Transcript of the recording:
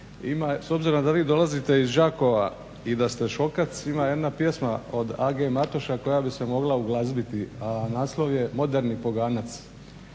S obzirom da vi dolazite iz Đakova i da ste šokac ima jedna pjesma A.G.Matoša koja bi se mogla uglazbiti, a naslov je "Moderni poganac".